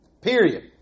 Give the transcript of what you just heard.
Period